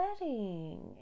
wedding